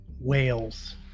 whales